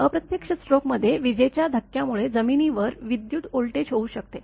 अप्रत्यक्ष स्ट्रोक मध्ये विजेच्या धक्क्यामुळे जमिनीवर विद्युत व्होल्टेज होऊ शकते